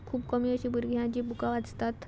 खूब कमी अशीं भुरगीं आसात जीं बुकां वाचतात